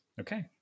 Okay